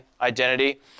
identity